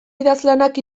idazlanak